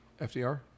FDR